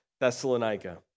Thessalonica